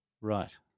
Right